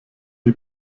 die